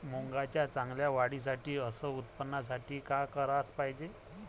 मुंगाच्या चांगल्या वाढीसाठी अस उत्पन्नासाठी का कराच पायजे?